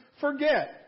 forget